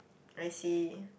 I see